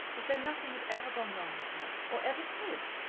as though nothing had ever gone wrong with her, or ever could.